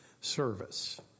service